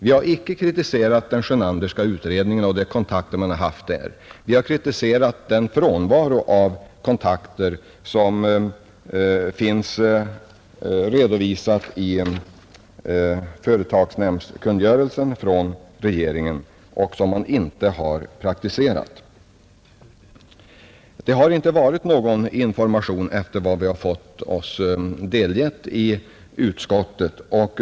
Vi har inte kritiserat den Sjönanderska utredningen och de kontakter den har haft, utan vi har kritiserat frånvaron av kontakter enligt de principer som finns redovisade i företagsnämndskungörelsen från regeringen. Det har inte funnits någon information, enligt vad vi har fått oss delgivet i utskottet.